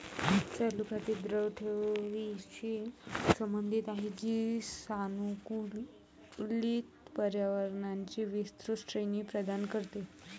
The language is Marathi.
चालू खाती द्रव ठेवींशी संबंधित आहेत, जी सानुकूलित पर्यायांची विस्तृत श्रेणी प्रदान करते